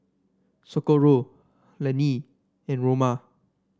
Socorro Lannie and Roma